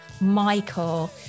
Michael